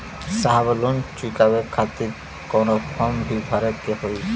साहब लोन चुकावे खातिर कवनो फार्म भी भरे के होइ?